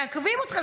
מעכבים אותך.